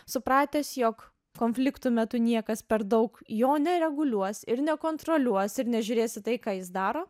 supratęs jog konfliktų metu niekas per daug jo nereguliuos ir nekontroliuos ir nežiūrėsi tai ką jis daro